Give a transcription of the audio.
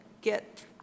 get